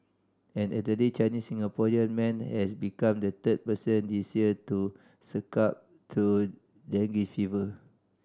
an elderly Chinese Singaporean man has become the third person this year to succumb to dengue fever